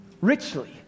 Richly